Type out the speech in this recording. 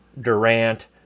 Durant